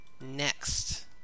Next